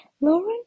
Lauren